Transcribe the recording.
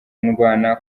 ndwana